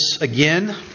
again